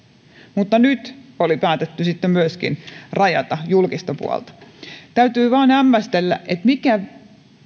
mutta nyt oli päätetty sitten myöskin rajata julkista puolta täytyy vain hämmästellä mikä